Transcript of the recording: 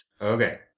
Okay